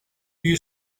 you